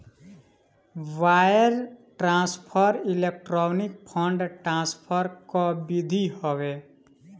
wire transfer electronic fund transfer कअ विधि हवे